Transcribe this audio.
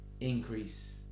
increase